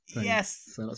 yes